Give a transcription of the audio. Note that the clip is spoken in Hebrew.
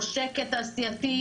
או שקט תעשייתי,